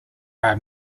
are